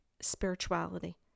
spirituality